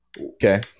Okay